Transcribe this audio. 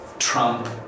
Trump